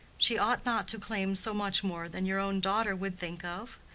she ought not to claim so much more than your own daughter would think of.